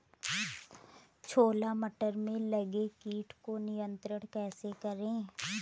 छोला मटर में लगे कीट को नियंत्रण कैसे करें?